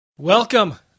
Welcome